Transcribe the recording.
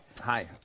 hi